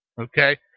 Okay